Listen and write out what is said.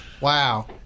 Wow